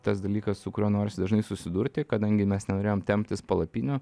tas dalykas su kuriuo norisi dažnai susidurti kadangi mes norėjom temptis palapinių